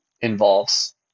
involves